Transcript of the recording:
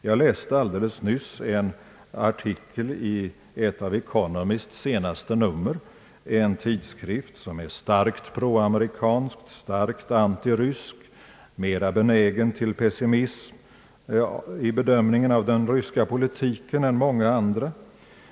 Jag läste alldeles nyss en artikel i ett av de senaste numren av Economist. Denna tidskrift är starkt proamerikansk, starkt antirysk, mera benägen till pessimism vid bedömningen av den ryska politiken än många andra.